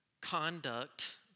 conduct